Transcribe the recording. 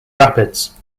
rapids